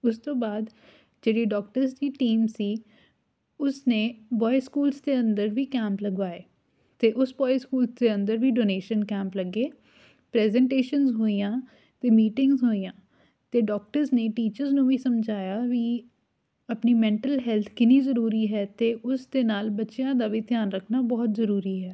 ਉਸ ਤੋਂ ਬਾਅਦ ਜਿਹੜੀ ਡਾਕਟਰਸ ਦੀ ਟੀਮ ਸੀ ਉਸਨੇ ਬੋਆਏ ਸਕੂਲਸ ਦੇ ਅੰਦਰ ਵੀ ਕੈਂਪ ਲਗਵਾਏ ਅਤੇ ਉਸ ਬੋਆਏ ਸਕੂਲਸ ਦੇ ਅੰਦਰ ਵੀ ਡੋਨੇਸ਼ਨ ਕੈਂਪ ਲੱਗੇ ਪ੍ਰੈਜੈਂਟੇਸ਼ਨ ਹੋਈਆਂ ਅਤੇ ਮੀਟਿੰਗਸ ਹੋਈਆਂ ਅਤੇ ਡਾਕਟਰ ਨੇ ਟੀਚਰਸ ਨੂੰ ਵੀ ਸਮਝਾਇਆ ਵੀ ਆਪਣੀ ਮੈਂਟਲ ਹੈਲਥ ਕਿੰਨੀ ਜ਼ਰੂਰੀ ਹੈ ਅਤੇ ਉਸ ਦੇ ਨਾਲ ਬੱਚਿਆਂ ਦਾ ਵੀ ਧਿਆਨ ਰੱਖਣਾ ਬਹੁਤ ਜ਼ਰੂਰੀ ਹੈ